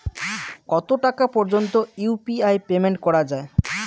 কত টাকা পর্যন্ত ইউ.পি.আই পেমেন্ট করা যায়?